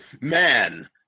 man